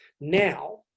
Now